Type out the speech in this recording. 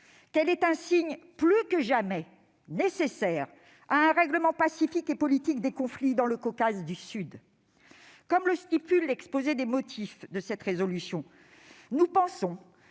qu'elle est un signe plus que jamais nécessaire à un règlement pacifique et politique des conflits dans le Caucase du Sud. Comme le précise l'exposé des motifs de cette proposition de résolution, nous pensons